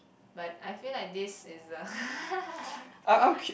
but I feel like this is a